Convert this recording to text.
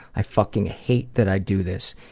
i fucking hate that i do this.